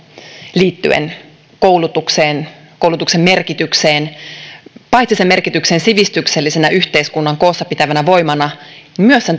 liittyen koulutukseen koulutuksen merkitykseen paitsi sen merkitykseen sivistyksellisenä yhteiskunnan koossapitävänä voimana myös sen